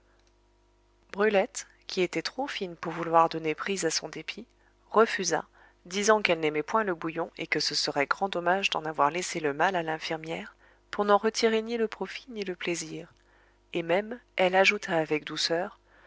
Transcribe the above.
brulette qui était trop fine pour vouloir donner prise à son dépit refusa disant qu'elle n'aimait point le bouillon et que ce serait grand dommage d'en avoir laissé le mal à l'infirmière pour n'en retirer ni le profit ni le plaisir et même elle ajouta avec douceur